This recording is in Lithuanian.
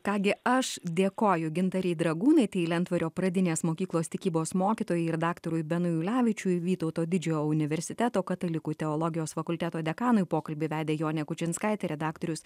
ką gi aš dėkoju gintarei dragūnaitei lentvario pradinės mokyklos tikybos mokytojai ir daktarui benui ulevičiui vytauto didžiojo universiteto katalikų teologijos fakulteto dekanui pokalbį vedė jonė kučinskaitė redaktorius